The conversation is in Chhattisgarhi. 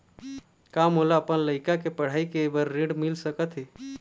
का मोला अपन लइका के पढ़ई के बर ऋण मिल सकत हे?